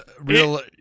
real